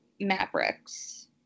Mavericks